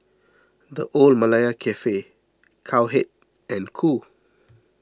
the Old Malaya Cafe Cowhead and Qoo